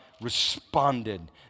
responded